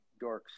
dorks